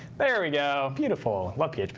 there we go. beautiful. love php. yeah